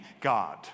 God